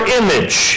image